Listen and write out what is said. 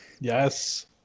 Yes